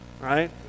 right